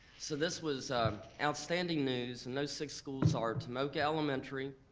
so this was outstanding news, and those six schools are tomoka elementary,